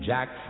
Jack